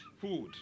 food